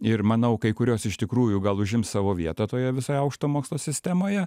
ir manau kai kurios iš tikrųjų gal užims savo vietą toje visoje aukšto mokslo sistemoje